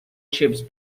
chips